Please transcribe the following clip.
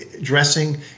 dressing